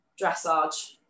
dressage